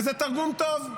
וזה תרגום טוב.